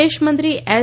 વિદેશ મંત્રી એસ